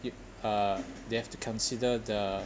if uh they have to consider the